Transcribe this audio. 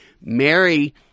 Mary